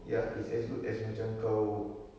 ya it's as good as macam kau